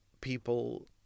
people